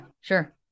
sure